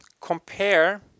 compare